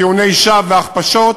טיעוני שווא והכפשות,